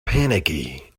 panicky